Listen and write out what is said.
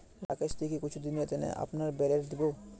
राकेश की ती कुछू दिनेर त न अपनार बेलर दी बो